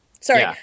Sorry